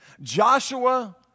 Joshua